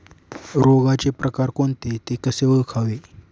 रोगाचे प्रकार कोणते? ते कसे ओळखावे?